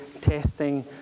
testing